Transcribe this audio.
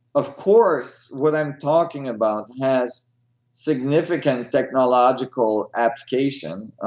of course, what i'm talking about has significant technological application.